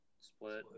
Split